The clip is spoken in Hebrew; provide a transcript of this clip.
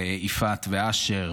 יפעת ואשר,